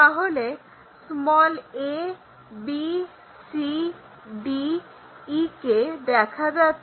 তাহলে a b c d e কে দেখা যাচ্ছে